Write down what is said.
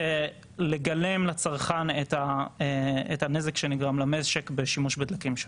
ולגלם לצרכן את הנזק שנגרם למשק בשימוש בדלקים שונים.